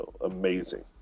amazing